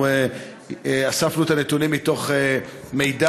אנחנו אספנו את הנתונים מתוך מידע,